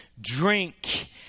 drink